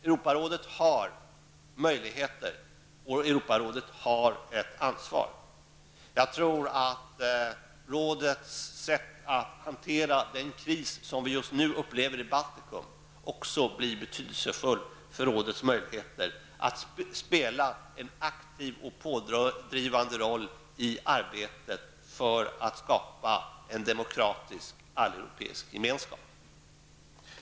Europarådet har möjligheter och ett ansvar. Jag tror att rådets sätt att hantera den kris som vi just nu upplever i Baltikum också blir betydelsefull för rådets möjligheter att spela en aktiv och pådrivande roll i arbetet för att skapa en demokratisk alleuropeisk gemenskap.